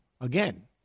again